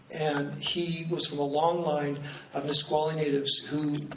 and he was from a long line of nisqually natives who,